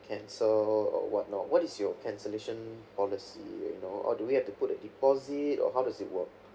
cancel or whatnot what is your cancellation policy you know or do we have to put a deposit or how does it work